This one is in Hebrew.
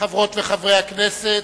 חברות וחברי הכנסת,